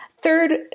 Third